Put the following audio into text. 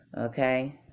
Okay